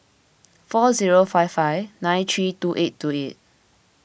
four zero five five nine three two eight two eight